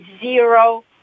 zero